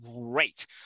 great